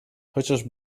chociaż